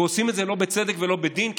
ועושים את זה לא בצדק ולא בדין,